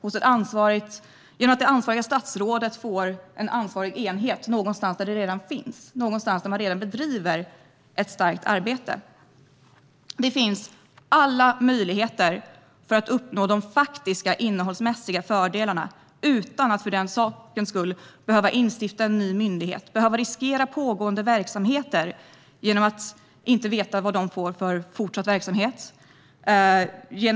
Det ansvariga statsrådet hade kunnat få en enhet med detta ansvar någonstans i en redan befintlig myndighet där ett starkt arbete redan bedrivs. Det finns alla möjligheter att uppnå de faktiska innehållsmässiga fördelarna utan att för sakens skull instifta en ny myndighet och riskera pågående verksamheter när dessa inte vet vilken fortsatt verksamhet de får.